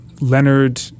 Leonard